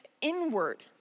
inward